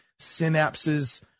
synapses